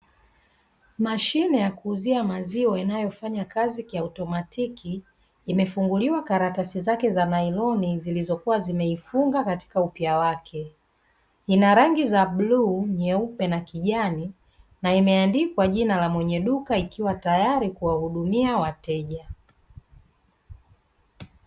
Mashine ya kuuzia maziwa inayofanya kazi kiautomatiki imefunguliwa karatasi zake za nailoni zilizokuwa zimeifunga katika upya wake. Ina rangi za bluu, nyeupe pamoja na kijani na imeandikwa jina la mwenye duka ikiwa tayari kuwahudumia wateja.